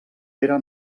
pere